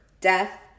death